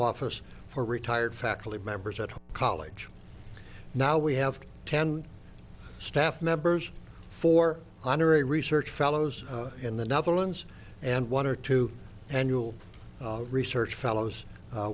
office for retired faculty members at the college now we have ten staff members for honorary research fellows in the netherlands and one or two annual research fellows